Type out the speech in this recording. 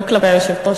לא כלפי היושבת-ראש,